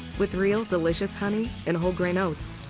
with real delicious honey and whole grain oats.